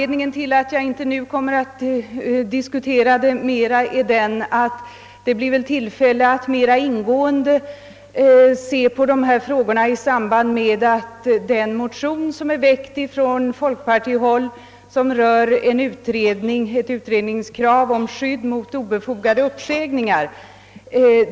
Det blir emellertid tillfälle att mer ingående diskutera dessa frågor i samband med behandlingen av den motion som är väckt från folkpartihåll med krav på utredning om skydd mot obefogade uppsägningar.